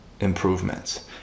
improvements